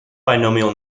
binomial